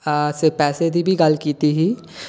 ऐ ऐ असें पैसे दी बी गल्ल कीती ही